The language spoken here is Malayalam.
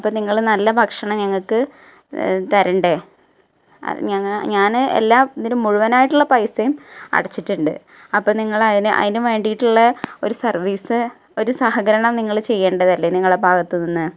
അപ്പോൾ നിങ്ങൾ നല്ല ഭക്ഷണം ഞങ്ങൾക്ക് തരേണ്ടേ അത് ഞാൻ എല്ലാ ഇതിന് മുഴുവനായിട്ടുള്ള പൈസയും അടച്ചിട്ടുണ്ട് അപ്പോൾ നിങ്ങൾ അതിന് അതിന് വേണ്ടിയിട്ടുള്ള ഒരു സർവീസ്സ് ഒരു സഹകരണം നിങ്ങൾ ചെയ്യേണ്ടതല്ലേ നിങ്ങളുടെ ഭാഗത്ത് നിന്ന്